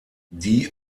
die